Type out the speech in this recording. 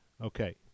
Okay